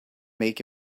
make